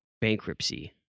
bankruptcy